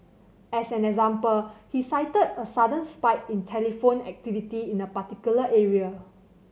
as an example he cited a sudden spike in telephone activity in a particular area